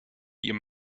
you